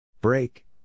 Break